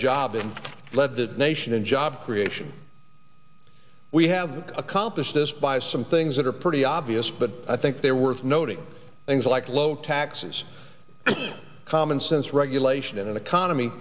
sobbing lead the nation in job creation we have accomplished this by some things that are pretty obvious but i think they're worth noting things like low taxes commonsense regulation and an economy